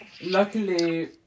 Luckily